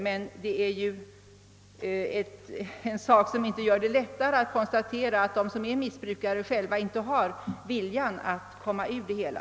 Men det gör inte saken lättare, om man konstaterar att de som är missbrukare själva inte har viljan att komma ur det hela.